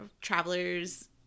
travelers